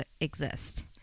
exist